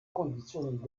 konditionen